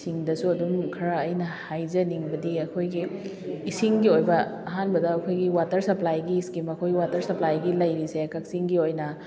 ꯁꯤꯡꯗꯁꯨ ꯑꯗꯨꯝ ꯈꯔ ꯑꯩꯅ ꯍꯥꯏꯖꯅꯤꯡꯕꯗꯤ ꯑꯩꯈꯣꯏꯒꯤ ꯏꯁꯤꯡꯒꯤ ꯑꯣꯏꯕ ꯑꯍꯥꯟꯕꯗ ꯑꯩꯈꯣꯏꯒꯤ ꯋꯥꯇꯔ ꯁꯄ꯭ꯂꯥꯏꯒꯤ ꯏꯁꯀꯤꯝ ꯑꯩꯈꯣꯏ ꯋꯥꯇꯔ ꯁꯄ꯭ꯂꯥꯏꯒꯤ ꯂꯩꯔꯤꯁꯦ ꯀꯛꯆꯤꯡꯒꯤ ꯑꯣꯏꯅ